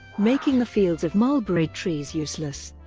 making the fields of mulberry trees useless.